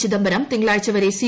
ചിദംബരം തിങ്കളാഴ്ച വരെ സി